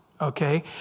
okay